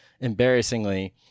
embarrassingly